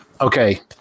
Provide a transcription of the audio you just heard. Okay